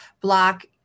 block